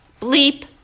bleep